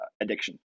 addiction